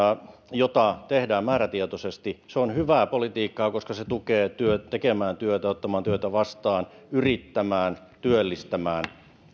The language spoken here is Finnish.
jota tehdään määrätietoisesti se on hyvää politiikkaa koska se tukee tekemään työtä ottamaan työtä vastaan yrittämään työllistämään